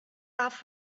off